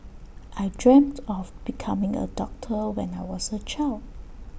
I dreamt of becoming A doctor when I was A child